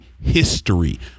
History